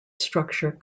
structure